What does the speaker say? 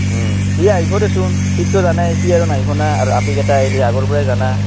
সি আহিব দেচোন সিটো জানাই সি জানো আহিবনে নাই আৰু আপিকেইটা আহলি আগৰপৰাই জানা